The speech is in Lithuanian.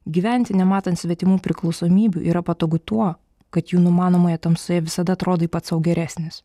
gyventi nematant svetimų priklausomybių yra patogu tuo kad jų numanomoje tamsoje visada atrodai pats sau geresnis